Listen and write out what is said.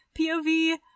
POV